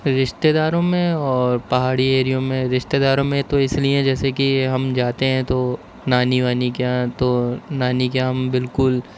رشتے داروں میں اور پہاڑی ایریوں میں رشتے داروں میں تو اس لیے جیسے کہ ہم جاتے ہیں تو نانی وانی کے یہاں تو نانی یہاں ہم بالکل